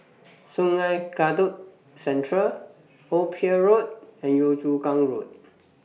Sungei Kadut Central Old Pier Road and Yio Chu Kang Road